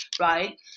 right